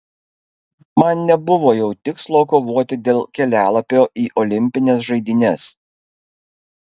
man nebuvo jau tikslo kovoti dėl kelialapio į olimpines žaidynes